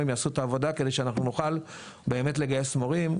יעשו את העבודה כדי שאנחנו נוכל באמת לגייס מורים,